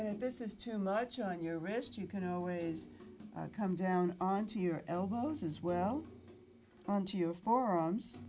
this is too much on your wrist you can always come down on to your elbows as well onto your forearms